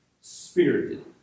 Spirited